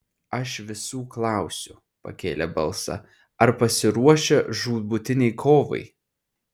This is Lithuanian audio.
aš visų klausiu pakėlė balsą ar pasiruošę žūtbūtinei kovai